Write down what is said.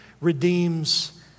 redeems